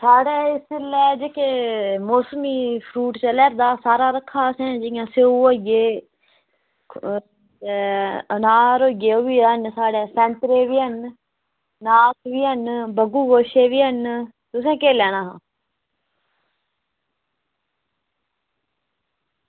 साढ़े एह् जेह्का मौसमी फ्रूट चला दा एह् सारा रक्खे दा असें स्यौ होइये ओह् अनार होइये ओह् संतरे बी हैन नाख बी हैन बग्गु गोशे बी हैन तुसें केह् लैना हा